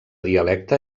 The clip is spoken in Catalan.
dialecte